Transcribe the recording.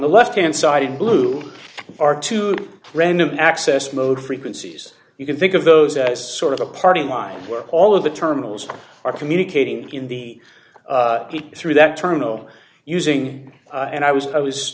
the left hand side in blue are two random access mode frequencies you can think of those as sort of a party line where all of the terminals are communicating in the heat through that term no using and i was i was